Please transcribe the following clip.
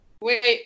Wait